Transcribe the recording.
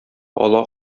ала